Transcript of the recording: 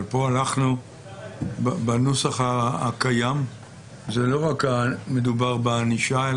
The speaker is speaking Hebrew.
אבל בנוסח הקיים לא מדובר רק בענישה.